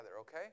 okay